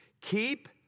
Keep